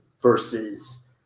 versus